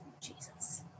Jesus